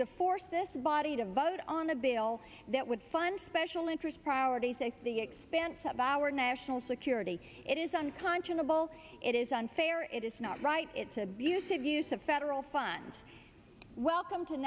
to force this body to vote on a bill that would fund special interest priorities the expanse of our national security it is unconscionable it is unfair it is not right it's abusive use of federal funds welcome to